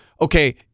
okay